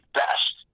best